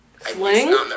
Sling